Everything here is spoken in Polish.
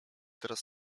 teraz